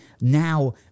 now